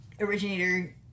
originator